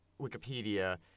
Wikipedia